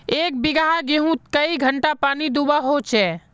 एक बिगहा गेँहूत कई घंटा पानी दुबा होचए?